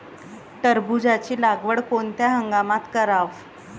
टरबूजाची लागवड कोनत्या हंगामात कराव?